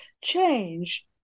change